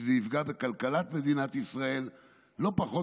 כי זה יפגע בכלכלת מדינת ישראל לא פחות